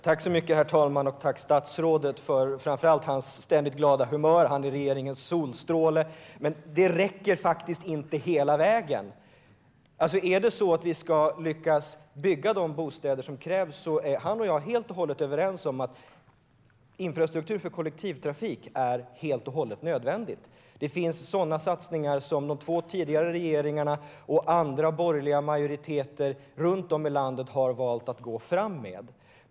Herr talman! Tack, statsrådet, för framför allt ditt ständigt glada humör! Statsrådet är regeringens solstråle. Men det räcker faktiskt inte hela vägen. Om vi ska lyckas bygga de bostäder som krävs är statsrådet och jag helt och hållet överens om att infrastruktur för kollektivtrafik är nödvändigt. Det finns sådana satsningar som de två tidigare regeringarna och andra borgerliga majoriteter runt om i landet har valt att gå fram med.